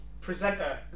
presenter